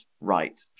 right